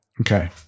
okay